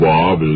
Bob